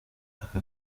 aka